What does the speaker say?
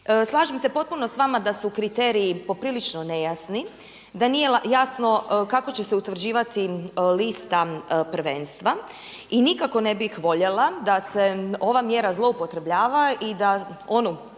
Slažem se potpuno s vama da su kriteriji poprilično nejasni, da nije jasno kako će se utvrđivati lista prvenstva. I nikako ne bih voljela da se ova mjera zloupotrebljava i da onu tezu